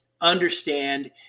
understand